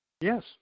Yes